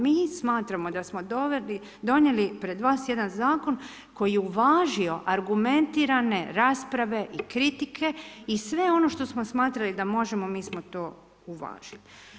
Mi smatramo da smo donijeli pred vas jedan zakon koji je uvažio argumentirane rasprave i kritike i sve ono što smo smatrali da možemo mi smo to uvažili.